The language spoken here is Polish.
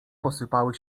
posypały